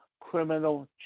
criminal